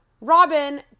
Robin